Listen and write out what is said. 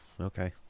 Okay